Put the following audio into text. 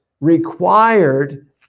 required